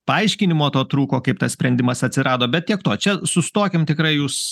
paaiškinimo to trūko kaip tas sprendimas atsirado bet tiek to čia sustokim tikrai jūs